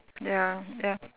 ya ya